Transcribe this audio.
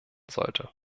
sollte